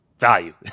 value